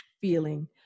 feeling